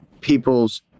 people's